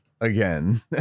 again